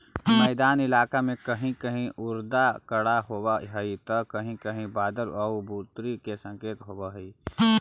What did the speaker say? मैदानी इलाका में कहीं कहीं रउदा कड़ा होब हई त कहीं कहीं बादल आउ बुन्नी के संकेत होब हई